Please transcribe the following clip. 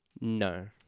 No